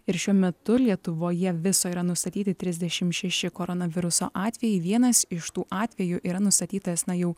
ir šiuo metu lietuvoje viso yra nustatyti trisdešim šeši koronaviruso atvejai vienas iš tų atvejų yra nustatytas na jau